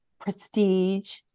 prestige